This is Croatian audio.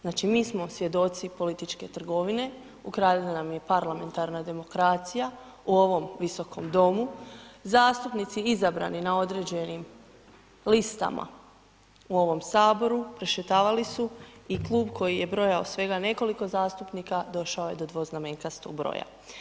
Znači mi smo svjedoci političke trgovine, ukradena nam je parlamentarna demokracija u ovom Visokom domu, zastupnici izabrani na određenim listama u ovom Saboru, prešetavali su i klub koji je broj svega nekoliko zastupnika, došao je do dvoznamenkastog broja.